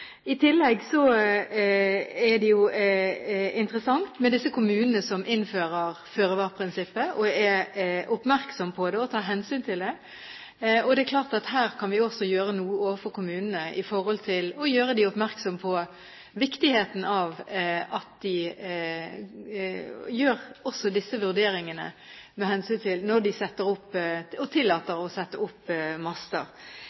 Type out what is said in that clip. I tillegg er det jo interessant med disse kommunene som innfører føre-var-prinsippet, og er oppmerksom på det og tar hensyn til det. Det er klart at her kan vi også gjøre noe overfor kommunene for å gjøre dem oppmerksom på viktigheten av at de også gjør disse vurderingene når de tillater å sette opp master. Jeg skal ikke si at de